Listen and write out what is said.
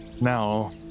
now